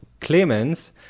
Clemens